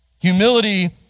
Humility